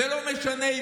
לא משנה,